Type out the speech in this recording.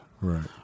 right